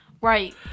Right